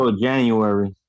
January